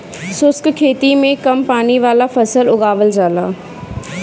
शुष्क खेती में कम पानी वाला फसल उगावल जाला